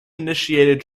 initiated